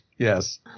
Yes